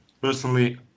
Personally